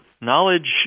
Knowledge